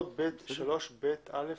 3ב(א)?